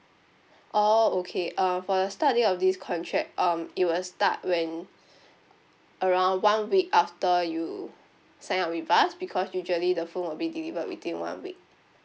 oh okay uh for the start date of this contract um it will start when around one week after you sign up with us because usually the phone will be delivered within one week